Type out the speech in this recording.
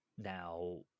now